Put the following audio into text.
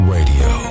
Radio